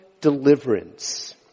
deliverance